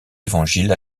évangiles